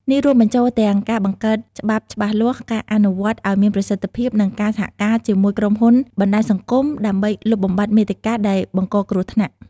នេះរួមបញ្ចូលទាំងការបង្កើតច្បាប់ច្បាស់លាស់ការអនុវត្តន៍ឲ្យមានប្រសិទ្ធភាពនិងការសហការជាមួយក្រុមហ៊ុនបណ្តាញសង្គមដើម្បីលុបបំបាត់មាតិកាដែលបង្កគ្រោះថ្នាក់។